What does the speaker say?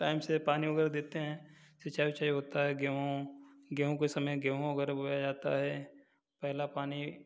time से पानी वगैरह देते हैं सिंचाई विचाई होता है गेहूँ गेहूँ के समय में वगैरह उगाया जाता है पहला पानी